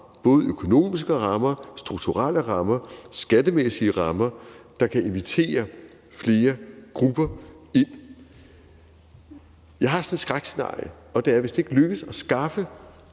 både økonomiske rammer, strukturelle rammer, skattemæssige rammer, der kan invitere flere grupper ind. Jeg har sådan et skrækscenarie, og det er, at hvis det ikke lykkes at skaffe